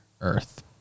earth